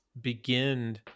begin